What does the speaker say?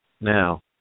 Now